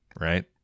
right